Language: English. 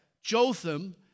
Jotham